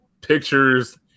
pictures